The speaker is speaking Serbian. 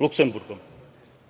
Luksemburgom. Još